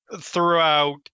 throughout